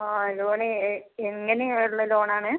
ആ ലോണ് എങ്ങനെയുള്ള ലോണാണ്